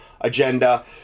agenda